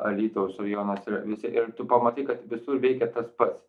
alytaus rajonas ir visi ir tu pamatai kad visur veikia tas pats